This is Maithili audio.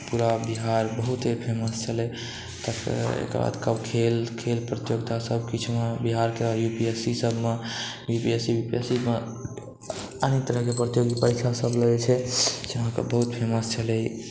पूरा बिहार बहुते फेमस छलै तकर एकर बाद खेल खेल प्रतियोगिता सब किछु मे बिहारके यूपीएससी सब मे यूपीएससी बीपीएससी मे अन्य तरह प्रतियोगी परीक्षा सब लऽ जे छै बहुत फेमस छलै